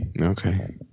Okay